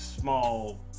small